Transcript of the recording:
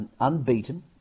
unbeaten